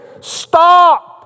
stop